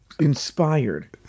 inspired